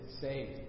saved